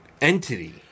entity